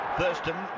Thurston